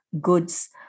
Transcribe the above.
goods